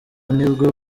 nibwo